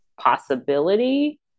possibility